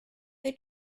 they